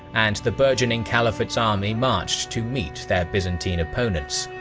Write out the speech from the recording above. and the burgeoning caliphate's army marched to meet their byzantine opponents.